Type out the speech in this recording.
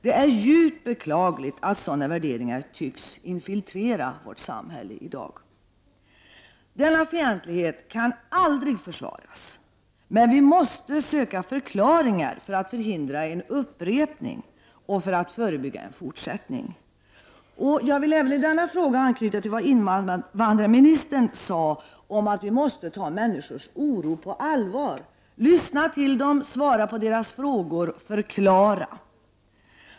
Det är djupt beklagligt att sådana värderingar tycks infiltrera vårt samhälle i dag. Denna fientlighet kan aldrig försvaras, men vi måste söka förklaringar för att förhindra en upprepning och för att förebygga en fortsättning. Jag vill även i denna fråga anknyta till vad invandrarministern sade om att vi måste ta människors oro på allvar — lyssna på dem, svara på deras frågor och förklara.